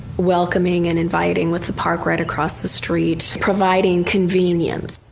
welcoming and inviting with the park right across the street providing convenience.